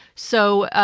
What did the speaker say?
so,